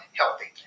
healthy